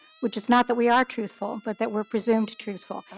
which is not that we are truthful but that were presumed truthful.